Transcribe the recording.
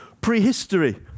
prehistory